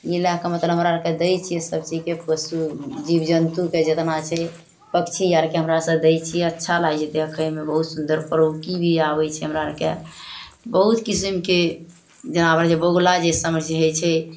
ई लैके मतलब हमरा आओरके दै छिए सब चीजके पशु जीव जन्तुके जतना छै पन्छी आओरके हमरासभ दै छिए अच्छा लागै छै देखैमे बहुत सुन्दर भी आबै छै हमरा आओरके बहुत किसिमके जानवर जे बगुला जे सबमे जे होइ छै